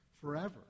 forever